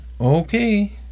okay